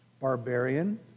Barbarian